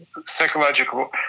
psychological